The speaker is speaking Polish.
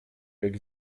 jak